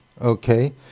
okay